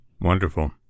wonderful